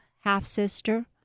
half-sister